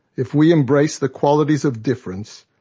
if we embrace the qualities of difference,